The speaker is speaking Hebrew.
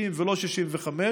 60 ולא 65,